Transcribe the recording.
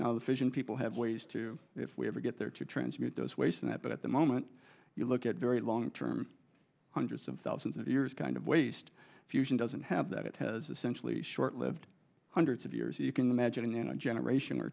now the fission people have ways to if we ever get there to transmute those ways and that but at the moment you look at very long term hundreds of thousands of years kind of waste fusion doesn't have that it has essentially short lived hundreds of years you can imagine in a generation or